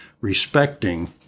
respecting